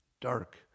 dark